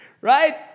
right